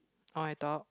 or I talk